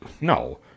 no